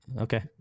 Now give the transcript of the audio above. Okay